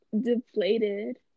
deflated